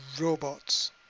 robots